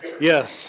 Yes